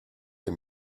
les